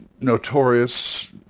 notorious